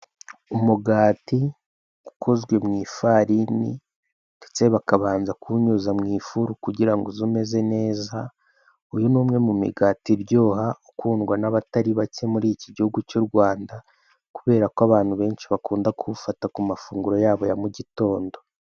Umugati ukozwe mu ifarini, ndetse bakabanza kuwunyuza mu ifuru kugira ngo uze umeze neza, uyu ni umwe mu migati iryoha ukundwa n'abatari bake muri iki gihugu cy'u Rwanda, kubera ko abantu benshi bakunda kuwufata ku mafunguro yabo ya mugitondo.